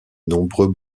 nombreux